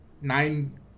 nine